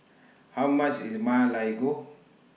How much IS Ma Lai Gao